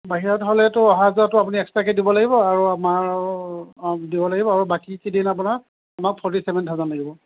বাহিৰত হ'লেতো অহা যোৱাটো আপুনি এক্সট্ৰাকৈ দিব লাগিব আৰু আমাৰ দিব লাগিব আৰু বাকীকেইদিন আপোনাৰ আমাক ফৰ্টি চেভেন থাউজেণ্ড লাগিব